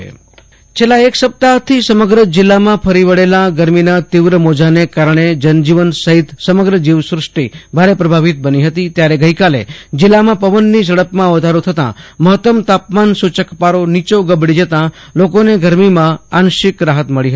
આશુતોષ અંતાણી કચ્છ હવામાન છેલ્લા એક સપ્તાહથી સમગ્ર જીલ્લામાં ફરી વળેલા ગરમીના તીવ્ર મોજાને કારણે જનજીવન સહીત સમગ્ર જીવ સૃષ્ટિ ભારે પ્રભાવિત બની હતી ત્યારે ગઈકાલે જીલ્લામાં પવનની ઝડપમાં વધારો થતાં મહત્તમ તાપમાન સૂચક પારો નીચે ગબડી જતા લોકોને ગરમીમાં આંશિક રાહત મળી હતી